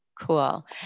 Cool